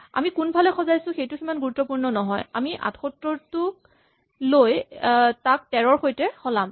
আমি কোনফালে সজাইছো সেইটো ইমান গুৰুত্বপুৰ্ণ নহয় আমি এই ৭৮ টো লৈ তাক ১৩ ৰ সৈতে সলাম